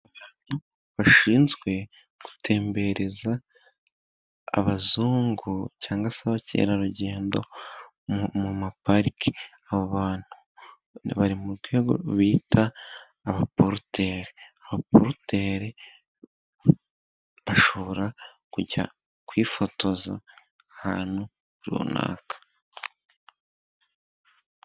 Nashinzwe gutembereza abazungu cyangwa se abakerarugendo mu maparike .Abo bantu bari mu rwego bita abapoloteiri abaporuteri bashobora kujya kwifotoza ahantu runaka.